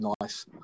Nice